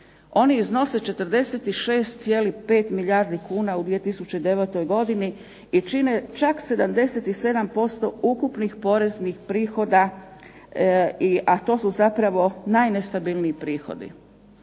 Oni iznose 46,5 milijardi kuna u 2009. godini i čine čak 77% ukupnih poreznih prihoda, a to su zapravo najnestabilniji prihodi.